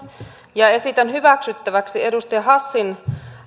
esitän hyväksyttäväksi edustaja hassin